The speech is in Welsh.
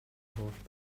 holl